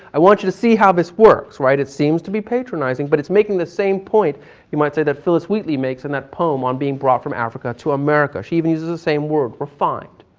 i want you to see how this works. right? it seems to be patronizing, but it's making the same point you might say, that phyllis wheatley makes in that poem on being brought from africa to america. she even uses the same word, refined.